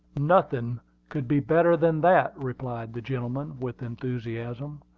nothing could be better than that, replied the gentleman, with enthusiasm.